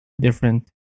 different